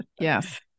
Yes